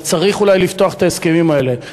וצריך אולי לפתוח את ההסכמים האלה.